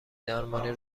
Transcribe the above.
درمانی